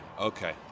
okay